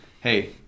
hey